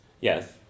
Yes